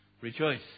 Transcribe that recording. rejoice